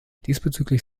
diesbezüglich